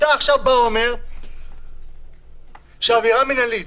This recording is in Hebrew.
אתה עכשיו בא ואומר שעבירה מינהלית